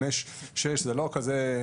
6-5 זה לא כזה,